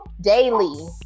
daily